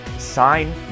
sign